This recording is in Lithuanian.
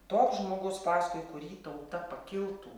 toks žmogus paskui kurį tauta pakiltų